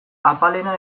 apalena